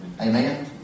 Amen